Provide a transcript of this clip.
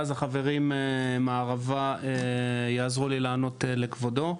ואז החברים מהערבה יעזרו לי לענות לכבודו,